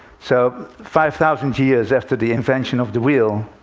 so five thousand years after the invention of the wheel,